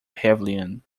pavilion